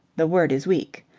the word is weak.